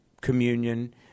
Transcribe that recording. communion